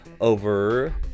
over